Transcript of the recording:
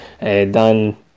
Dan